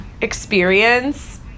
experience